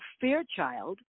Fairchild